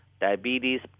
diabetes